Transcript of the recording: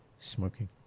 smoking